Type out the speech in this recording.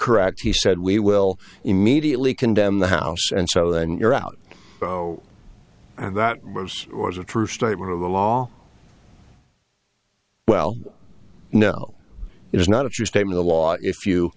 correct he said we will immediately condemn the house and so then you're out and that was or was a true statement of the law well no it was not a true state of the law if you